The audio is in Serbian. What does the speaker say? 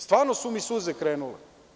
Stvarno su mi suze krenule.